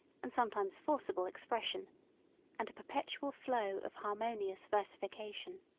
and sometimes forcible, expression and a perpetual flow of harmonious versification.